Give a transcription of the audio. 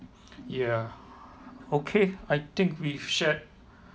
ya okay I think we've shared